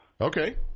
Okay